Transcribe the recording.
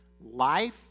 Life